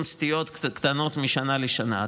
עם סטיות קטנות משנה לשנה.